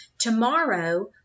Tomorrow